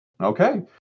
Okay